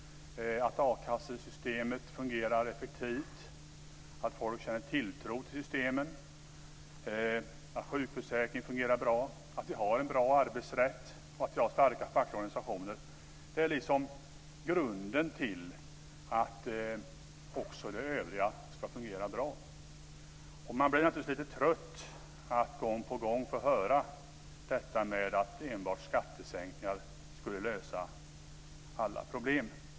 Att akassesystemet fungerar effektivt, att folk känner tilltro till systemen, att sjukförsäkringen fungerar bra, att vi har en bra arbetsrätt och att vi har starka fackliga organisationer är liksom grunden för att också det övriga ska fungera bra. Man blir naturligtvis lite trött på att gång på gång få höra att enbart skattesänkningar skulle lösa alla problem.